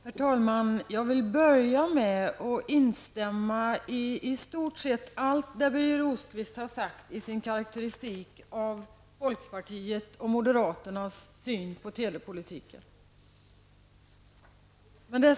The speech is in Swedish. Herr talman! Jag vill börja med att i stort sett instämma i allt det Birger Rosqvist har sagt i sin karakteristik av folkpartiets och moderaternas syn på telepolitiken.